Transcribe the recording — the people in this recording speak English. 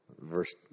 verse